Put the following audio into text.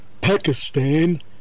Pakistan